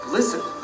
Listen